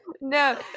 no